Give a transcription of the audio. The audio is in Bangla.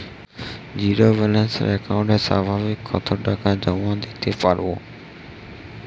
জীরো ব্যালান্স একাউন্টে সর্বাধিক কত টাকা জমা দিতে পারব?